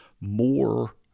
more